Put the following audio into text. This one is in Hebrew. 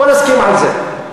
בוא נסכים על זה.